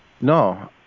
No